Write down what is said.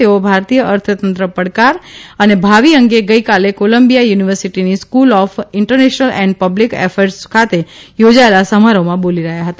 તેઓ ભારતીય અર્થતંત્રનુ ભાવિ અને પડકાર અંગે ગઇકાલે કોલંબિયા યુનિવર્સિટીની School of International and Public Affairs ખાતે યોજાયેલા સમારોહમાં બોલી રહ્યા હતા